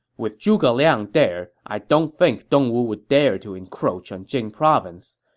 with zhuge liang there, i don't think dongwu would dare to encroach on jing province.